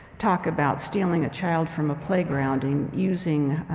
talk about stealing a child from a playground and using,